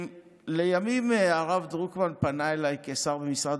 לימים הרב דרוקמן פנה אליי כשר במשרד